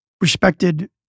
respected